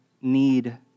need